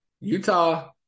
Utah